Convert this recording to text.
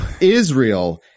Israel